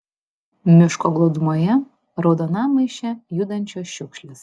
miško glūdumoje raudonam maiše judančios šiukšlės